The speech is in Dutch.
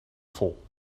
vol